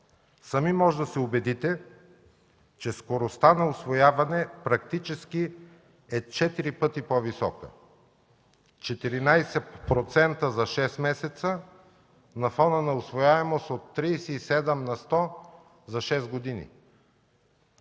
Сами можете да се убедите, че скоростта на усвояване практически е 4 пъти по-висока – 14% за шест месеца на фона на усвояемост от 37 на сто за шест години.